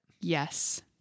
Yes